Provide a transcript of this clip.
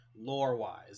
lore-wise